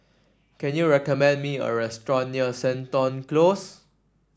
can you recommend me a restaurant near Seton Close